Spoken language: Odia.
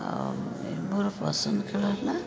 ଆଉ ଏ ମୋର ପସନ୍ଦ ଖେଳ ହେଲା